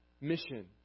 mission